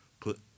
put